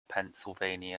pennsylvania